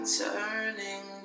turning